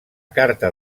carta